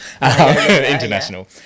international